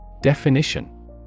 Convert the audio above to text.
Definition